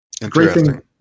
Interesting